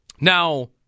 Now